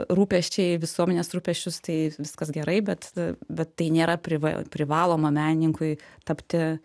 rūpesčiai visuomenės rūpesčius tai viskas gerai bet bet tai nėra priva privaloma menininkui tapti